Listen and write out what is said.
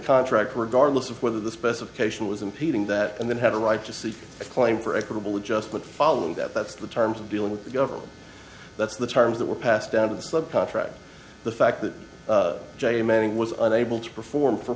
contract regardless of whether the specification was impeding that and then had a right to see a claim for equitable adjustment followed that that's the terms of dealing with the government that's the terms that were passed down to the sub contractor the fact that j manning was unable to perform for